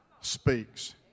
speaks